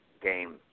Game